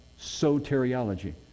soteriology